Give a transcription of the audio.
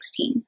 2016